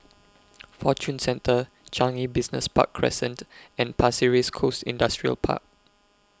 Fortune Centre Changi Business Park Crescent and Pasir Ris Coast Industrial Park